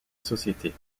sociétés